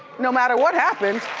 no matter what happens.